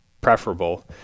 preferable